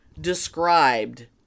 described